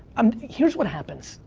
um here's what happens,